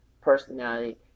personality